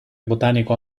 botanico